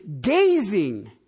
gazing